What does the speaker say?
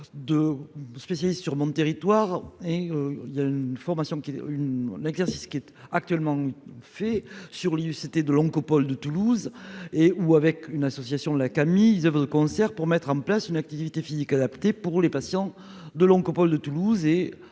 De spécialistes sur mon territoire. Et il a une formation qui est une l'exercice qui est actuellement en fait sur Linux, c'était de l'Oncopole de Toulouse et ou avec une association de la Camif, ils oeuvrent de concert pour mettre en place une activité physique adaptée pour les patients de l'Oncopole de Toulouse et